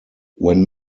when